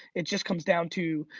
it just comes down to,